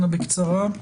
אנא בקצרה.